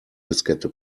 diskette